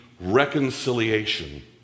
reconciliation